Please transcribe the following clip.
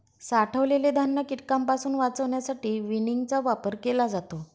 साठवलेले धान्य कीटकांपासून वाचवण्यासाठी विनिंगचा वापर केला जातो